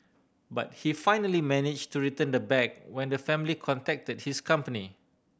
but he finally manage to return the bag when the family contacted his company